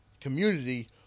community